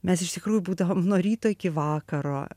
mes iš tikrųjų būdavom nuo ryto iki vakaro